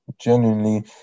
genuinely